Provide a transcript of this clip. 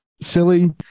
silly